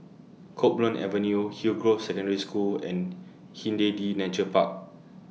Copeland Avenue Hillgrove Secondary School and Hindhede Nature Park